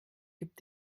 gibt